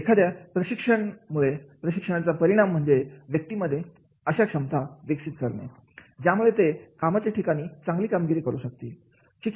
एखाद्या प्रशिक्षणाचा परिणाम म्हणजे व्यक्तीमध्ये अशा क्षमता विकसित करणे ज्यामुळे ते कामाच्या ठिकाणी चांगली कामगिरी करू शकतील